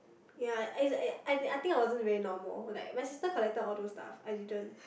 ya it's a~ I I think I wasn't very normal like my sister collected all those stuff I didn't